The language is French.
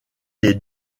les